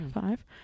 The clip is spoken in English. five